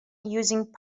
using